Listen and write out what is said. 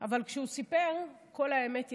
אבל כשהוא סיפר, כל האמת יצאה.